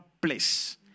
place